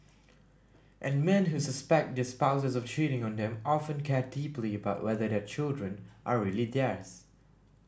and men who suspect their spouses of cheating on them often care deeply about whether their children are really theirs